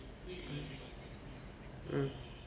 mm